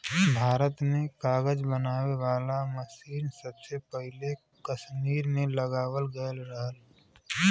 भारत में कागज बनावे वाला मसीन सबसे पहिले कसमीर में लगावल गयल रहल